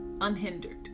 unhindered